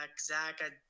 zach